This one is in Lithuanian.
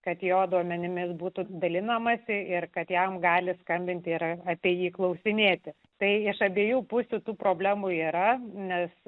kad jo duomenimis būtų dalinamasi ir kad jam gali skambinti ir apie jį klausinėti tai iš abiejų pusių tų problemų yra nes